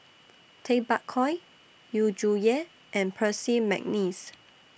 Tay Bak Koi Yu Zhuye and Percy Mcneice